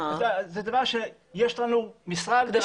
זה דבר שיש לנו משרד ברמאללה.